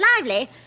lively